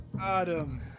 adam